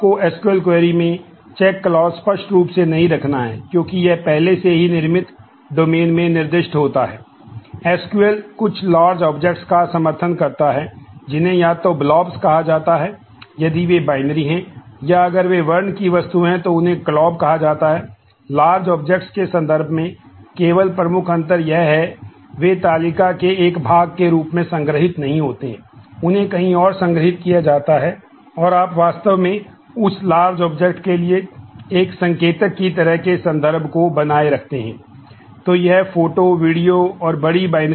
SQL को भी संभालने के मामले में बहुत उपयोगी है